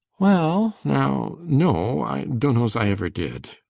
well now, no, i dunno's i ever did,